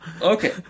Okay